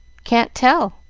can't tell.